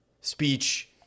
speech